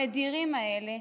המדירים האלה,